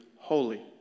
holy